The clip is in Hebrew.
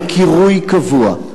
לקירוי קבוע.